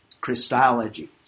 Christology